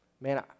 Man